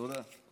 תודה.